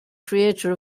creator